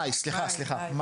מאי, סליחה, סליחה.